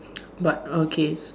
but okay